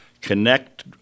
connect –